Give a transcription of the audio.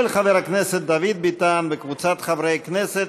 של חבר הכנסת דוד ביטן וקבוצת חברי הכנסת.